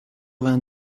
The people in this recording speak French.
vingt